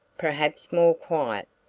perhaps more quiet.